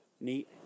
Neat